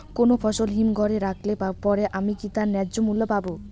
কোনো ফসল হিমঘর এ রাখলে পরে কি আমি তার ন্যায্য মূল্য পাব?